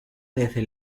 desde